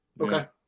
Okay